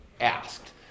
asked